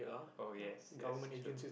oh yes yes true